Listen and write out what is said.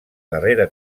darrera